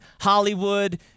Hollywood